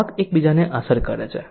ગ્રાહક એકબીજાને અસર કરે છે